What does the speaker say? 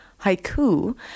Haiku